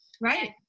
Right